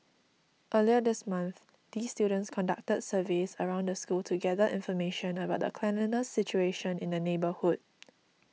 earlier this month these students conducted surveys around the school to gather information about the cleanliness situation in the neighbourhood